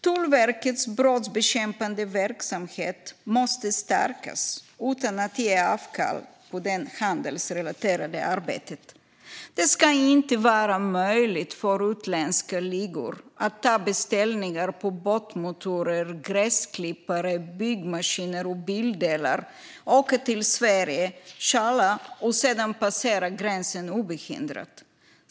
Tullverkets brottsbekämpande verksamhet måste stärkas utan att ge avkall på det handelsrelaterade arbetet. Det ska inte vara möjligt för utländska ligor att ta upp beställningar på båtmotorer, gräsklippare, byggmaskiner och bildelar, åka till Sverige, stjäla och sedan passera gränsen obehindrat.